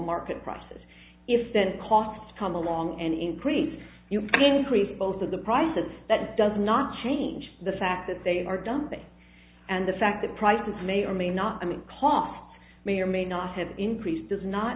market prices if then costs come along and increase you increase both of the price and that does not change the fact that they are dumping and the fact that prices may or may not i mean costs may or may not have increased does not